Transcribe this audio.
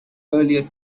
earlier